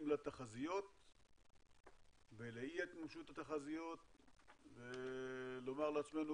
לתחזיות ולאי התממשות התחזיות ולומר לעצמנו,